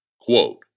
Quote